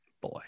Boy